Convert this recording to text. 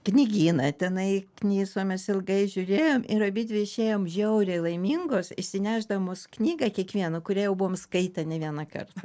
knygyną tenai knisomės ilgai žiūrėjom ir abidvi išėjom žiauriai laimingos išsinešdamos knygą kiekviena kurią jau buvom skaitę ne vienąkartą